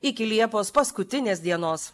iki liepos paskutinės dienos